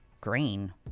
green